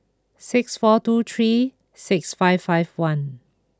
six four two three six five five one